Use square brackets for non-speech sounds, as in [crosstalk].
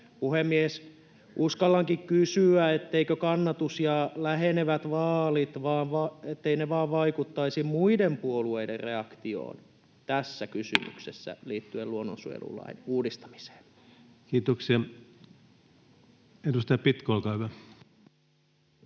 Puhemies! Uskallankin kysyä: etteivät vaan kannatus ja lähenevät vaalit vaikuttaisi muiden puolueiden reaktioon, tässä kysymyksessä, [noise] liittyen luonnonsuojelulain uudistamiseen? Kiitoksia. — Edustaja Pitko, olkaa hyvä.